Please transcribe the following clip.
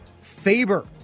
Faber